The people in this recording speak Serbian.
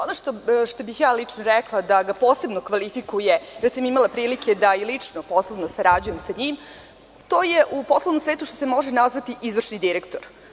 Ono što bih lično rekla da ga posebno kvalifikuje, imala sam prilike da i lično poslovno sarađujem sa njim, to je u poslovnom svetu što se može nazvati izvršni direktor.